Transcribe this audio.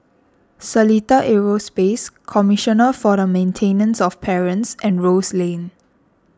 Seletar Aerospace Commissioner for the Maintenance of Parents and Rose Lane